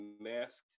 masked